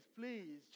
please